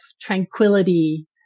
tranquility